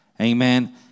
Amen